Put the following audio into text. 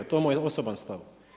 To je moj osoban stav.